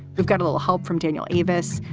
we've got a little help from daniel ives.